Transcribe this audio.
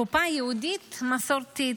קופה ייעודית מסורתית.